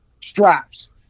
straps